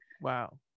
wow